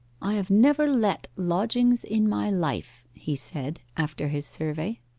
i have never let lodgings in my life he said, after his survey.